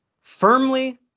firmly